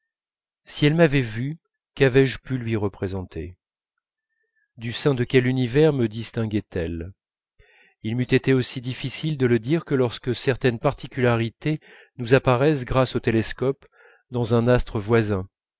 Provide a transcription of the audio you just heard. si elle m'avait vu quavais je pu lui représenter du sein de quel univers me distinguait elle il m'eût été aussi difficile de le dire que lorsque certaines particularités nous apparaissant grâce au télescope dans un astre voisin